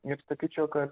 ir sakyčiau kad